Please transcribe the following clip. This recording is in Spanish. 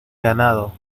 ganado